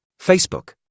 Facebook